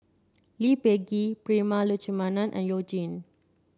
Lee Peh Gee Prema Letchumanan and You Jin